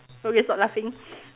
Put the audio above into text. okay stop laughing